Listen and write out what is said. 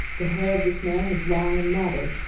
the hair of this man was long and matted,